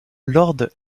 lord